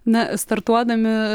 na startuodami